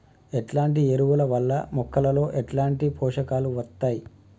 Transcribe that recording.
ఎట్లాంటి ఎరువుల వల్ల మొక్కలలో ఎట్లాంటి పోషకాలు వత్తయ్?